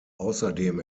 außerdem